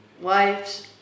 wives